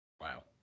Wow